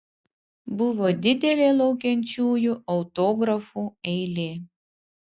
buvo didelė laukiančiųjų autografų eilė